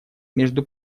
между